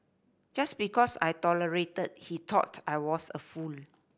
just because I tolerated he thought I was a fool